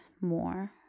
more